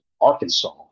Arkansas